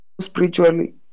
spiritually